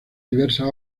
diversas